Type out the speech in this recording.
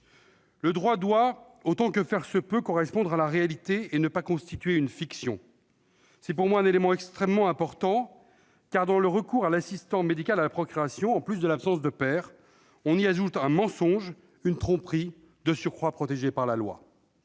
Le droit doit, autant que faire se peut, correspondre à la réalité. Il ne doit pas constituer une fiction. C'est pour moi un élément extrêmement important, en particulier pour le recours à l'assistance médicale à la procréation. En effet, à l'absence de père, on ajoute un mensonge, une tromperie, de surcroît protégée par la loi.